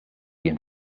jien